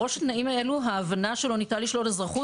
בראש ההבנה שלא ניתן לשלול אזרחות,